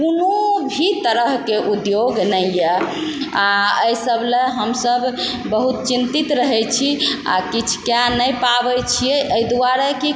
कोनो भी तरहके उद्योग नहि यऽ आओर अइ सब लए हमसब बहुत चिन्तित रहय छी आओर किछु कए नहि पाबय छियै अइ दुआरे कि